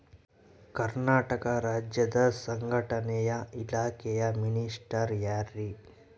ಕರ್ನಾಟಕ ರಾಜ್ಯದ ಸಂಘಟನೆ ಇಲಾಖೆಯ ಮಿನಿಸ್ಟರ್ ಯಾರ್ರಿ?